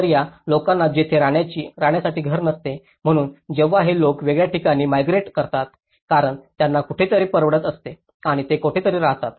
तर ज्या लोकांना तिथे राहण्यासाठी घर नसते म्हणून जेव्हा हे लोक वेगळ्या ठिकाणी मिग्रेटेड करतात कारण त्यांना कुठेतरी परवडत असते आणि ते कोठेतरी राहतात